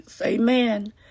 amen